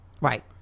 right